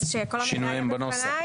אז שכל המידע יהיה בפניי,